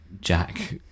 Jack